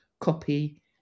copy